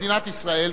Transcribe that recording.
מדינת ישראל,